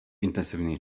intensywnej